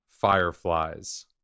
Fireflies